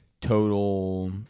total